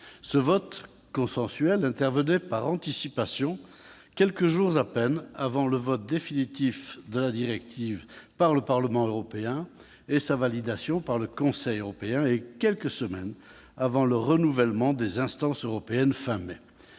Ce vote, consensuel, intervenait par anticipation, quelques jours à peine avant le vote définitif de la directive par le Parlement européen et sa validation par le Conseil européen ... et quelques semaines avant le renouvellement, fin mai, des instances européennes.